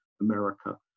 America